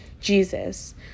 Jesus